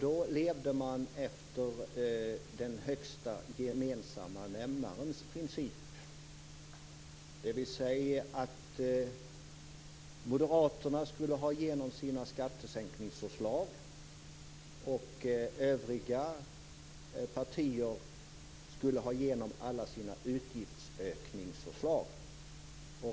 Då levde man efter den största gemensamma nämnarens princip, dvs. att Moderaterna skulle ha igenom sina skattesänkningsförslag och övriga partier skulle ha igenom alla sina utgiftsökningsförslag.